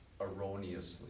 erroneously